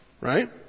right